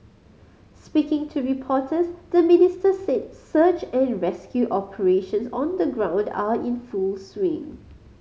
speaking to reporters the Minister said search and rescue operations on the ground are in full swing